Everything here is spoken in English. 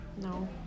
No